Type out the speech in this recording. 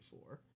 four